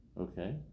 okay